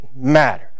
matter